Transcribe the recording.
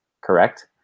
correct